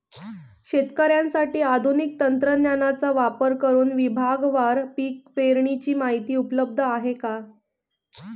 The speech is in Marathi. शेतकऱ्यांसाठी आधुनिक तंत्रज्ञानाचा वापर करुन विभागवार पीक पेरणीची माहिती उपलब्ध आहे का?